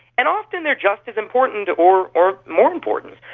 and often they are just as important or or more important.